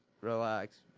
relax